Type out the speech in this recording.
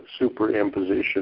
superimposition